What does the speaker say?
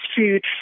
food